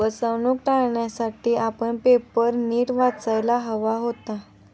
फसवणूक टाळण्यासाठी आपण पेपर नीट वाचायला हवा होता